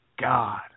God